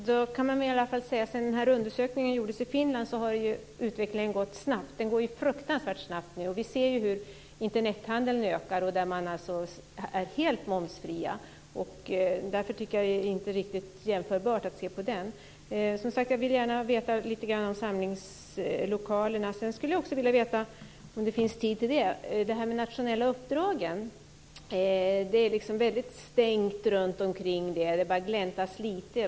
Herr talman! Man kan säga att sedan undersökningen gjordes i Finland har utvecklingen gått snabbt; den går fruktansvärt snabbt nu. Vi ser hur Internethandeln ökar, där man alltså är helt momsfri. Därför är det inte riktigt jämförbart att se på den. Jag vill, som sagt var, veta lite om samlingslokalerna. Jag skulle också vilja fråga om de nationella uppdragen, om det finns tid till det. Det är väldigt stängt runtomkring det, och det gläntas bara lite på dörren.